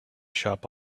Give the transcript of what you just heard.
shop